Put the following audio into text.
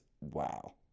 wow